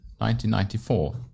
1994